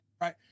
right